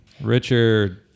Richard